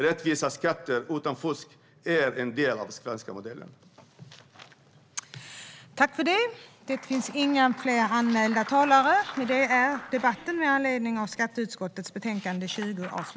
Rättvisa skatter utan fusk är en del av den svenska modellen. Vissa ändringar vad gäller automatiskt utbyte av upplysningar om finansiella konton